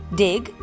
dig